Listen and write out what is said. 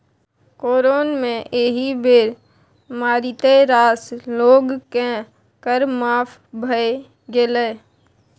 corona मे एहि बेर मारिते रास लोककेँ कर माफ भए गेलै